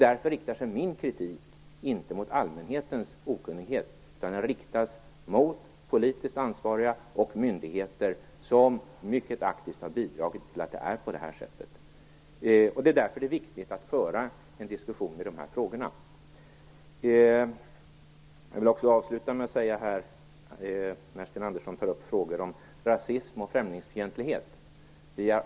Därför riktar sig inte min kritik mot allmänhetens okunnighet, utan mot politiskt ansvariga och myndigheter som mycket aktivt har bidragit till att det är på det här sättet. Därför är det viktigt att föra en diskussion i de här frågorna. Sten Andersson tar upp frågor om rasism och främlingsfientlighet.